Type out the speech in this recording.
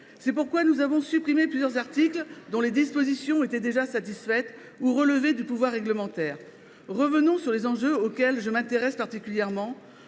C’est pourquoi nous avons supprimé plusieurs articles dont les dispositions étaient déjà satisfaites ou relevaient du pouvoir réglementaire. Revenons sur les enjeux auxquels je m’intéresse particulièrement